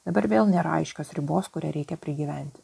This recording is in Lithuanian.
dabar vėl nėra aiškios ribos kurią reikia prigyventi